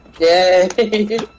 Yay